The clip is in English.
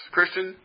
Christian